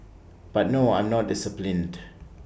but no I'm not disciplined